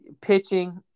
pitching